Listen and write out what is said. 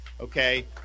Okay